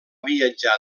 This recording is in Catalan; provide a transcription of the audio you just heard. viatjar